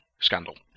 scandal